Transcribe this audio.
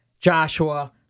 Joshua